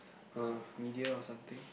uh media or something